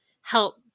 help